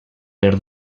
per